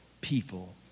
people